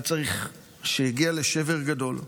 שהגיע לשבר גדול,